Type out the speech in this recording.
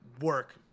work